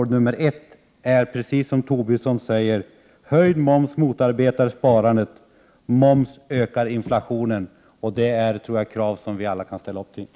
Det är precis som Lars Tobisson säger: Höjd moms motarbetar sparande. Moms ökar inflationen. Det är, tror jag, konstateranden som vi alla kan ställa oss bakom.